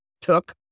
took